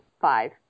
five